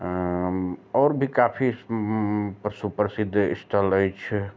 आओर भी काफी पशु प्रसिद्ध स्थल अछि